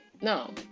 no